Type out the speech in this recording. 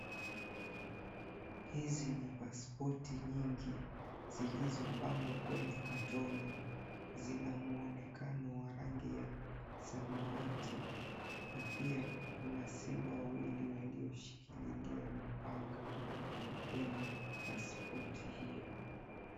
Hizi ni pasipoti nyingi zilizopangwa kwenye katoni. Zina muonekano wa rangi ya samawati na pia kuna Simba wawili walioshikilia mapanga kwenye pasipoti hiyo.